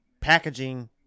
packaging